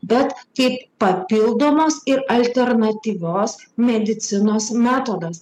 bet kaip papildomos ir alternatyvios medicinos metodas